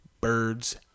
birds